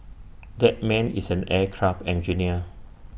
that man is an aircraft engineer